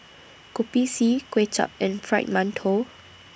Kopi C Kuay Chap and Fried mantou